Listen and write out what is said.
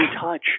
touch